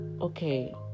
okay